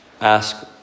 ask